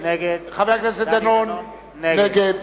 דני דנון נגד.